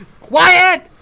Quiet